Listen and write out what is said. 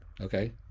okay